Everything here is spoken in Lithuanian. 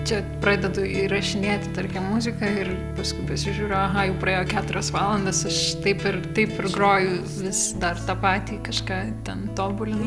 čia pradedu įrašinėt muziką ir paskui pasižiūriu aha jau praėjo keturios valandos aš taip ir taip groju vis dar tą patį kažką ten tobulinu